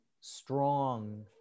strong